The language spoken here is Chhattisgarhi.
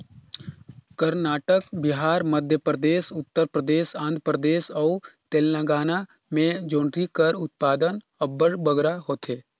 करनाटक, बिहार, मध्यपरदेस, उत्तर परदेस, आंध्र परदेस अउ तेलंगाना में जोंढरी कर उत्पादन अब्बड़ बगरा होथे